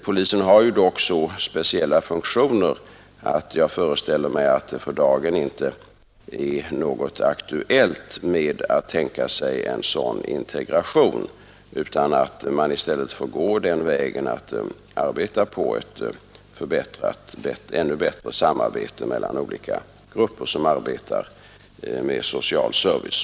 Polisen har ju dock så speciella funktioner att jag föreställer mig att det för dagen inte är aktuellt att tänka på en sådan integration utan att man i stället får verka för ett ännu bättre samarbete mellan olika grupper som arbetar med social service.